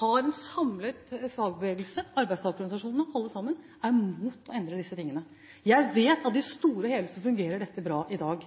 en samlet fagbevegelse, arbeidstakerorganisasjonene – alle sammen – imot å endre disse tingene. Jeg vet at dette i det store og hele fungerer bra i dag.